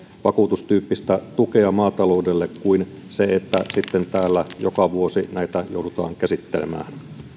vakuutustyyppistä tukea maataloudelle joustavammin kuin niin että sitten täällä joka vuosi näitä joudutaan käsittelemään